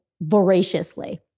voraciously